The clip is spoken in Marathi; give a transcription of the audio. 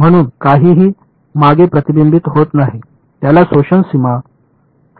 म्हणून काहीही मागे प्रतिबिंबित होत नाही त्याला शोषक सीमा